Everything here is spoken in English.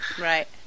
Right